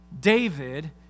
David